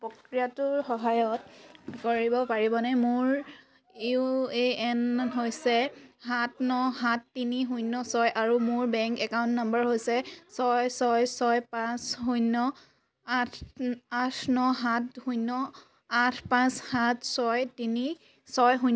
প্ৰক্ৰিয়াটোত সহায়ত কৰিব পাৰিবনে মোৰ ইউ এ এন হৈছে সাত ন সাত তিনি শূন্য ছয় আৰু মোৰ বেংক একাউণ্ট নম্বৰ হৈছে ছয় ছয় ছয় পাঁচ শূন্য আঠ আঠ ন সাত শূন্য আঠ পাঁচ সাত ছয় তিনি ছয় শূন্য